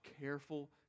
careful